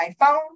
iPhone